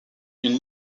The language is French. une